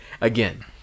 again